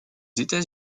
états